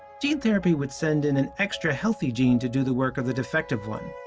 gene therapy would send in an extra healthy gene to do the work of the defective one.